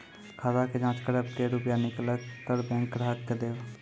खाता के जाँच करेब के रुपिया निकैलक करऽ बैंक ग्राहक के देब?